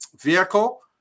vehicle